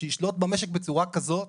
שישלוט במשק בצורה כזאת